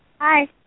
Hi